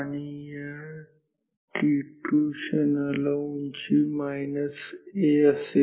आणि या t2 क्षणाला उंची A असेल